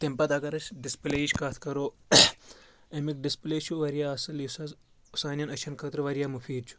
تمہِ پتہٕ اگر أسۍ ڈسپٕلے یِچ کتھ کرو امیُک ڈسپلے چھُ واریاہ اصل یُس حٕظ سانؠن أچھن خٲطرٕ واریاہ مُفیٖد چھُ